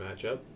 matchup